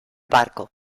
barco